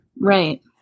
Right